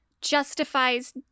justifies